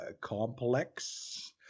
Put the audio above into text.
complex